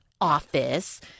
office